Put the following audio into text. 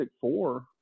four